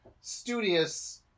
studious